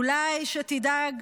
אולי שתדאג